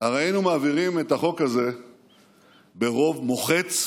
הרי היינו מעבירים את החוק הזה ברוב מוחץ.